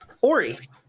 Ori